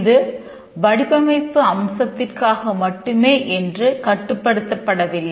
இது வடிவமைப்பு அம்சத்திற்காக மட்டுமே என்று கட்டுப்படுத்தப்படவில்லை